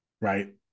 right